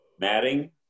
matting